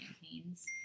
campaigns